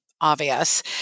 obvious